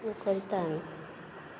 करता आमी